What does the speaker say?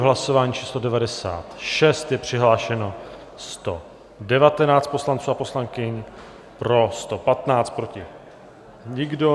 Hlasování číslo 96, je přihlášeno 119 poslanců a poslankyň, pro 115, proti nikdo.